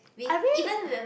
I mean